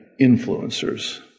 influencers